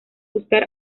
buscar